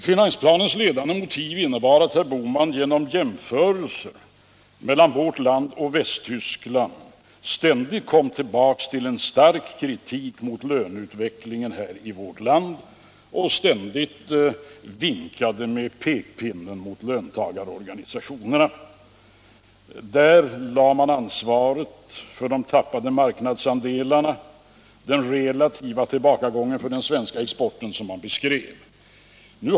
Finansplanens ledande motiv innebar att herr Bohman genom jämförelser mellan vårt land och Västtyskland ständigt kom tillbaka till en stark kritik mot löneutvecklingen i vårt land och ständigt vinkade med pekpinnen mot löntagarorganisationerna. Där lades ansvaret för de tappade marknadsandelarna och den relativa tillbakagång för den svenska exporten som man beskrev.